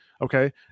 Okay